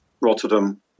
Rotterdam